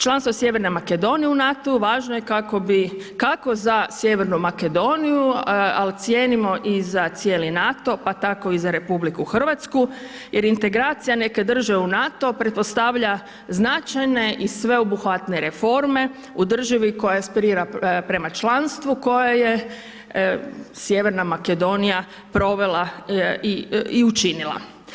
Članstvo sjeverne Makedonije u NATO-u važno je kako bi, kako za sjevernu Makedoniju, a ocijenimo i za cijeli NATO, pa tako i za RH jer integracija neke države u NATO pretpostavlja značajne i sveobuhvatne reforme u državi koja esperira prema članstvu koje je sjeverna Makedonija provela i učinila.